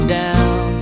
down